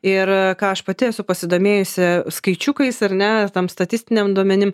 ir ką aš pati esu pasidomėjusi skaičiukais ar ne tam statistiniam duomenim